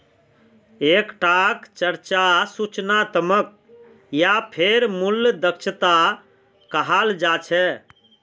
एक टाक चर्चा सूचनात्मक या फेर मूल्य दक्षता कहाल जा छे